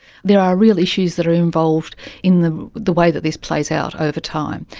there are real issues that are involved in the the way that this plays out over time.